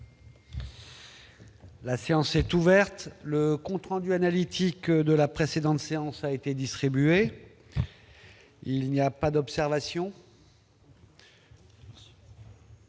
La séance est ouverte. Le compte rendu analytique de la précédente séance a été distribué. Il n'y a pas d'observation ?